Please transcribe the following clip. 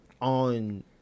on